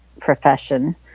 profession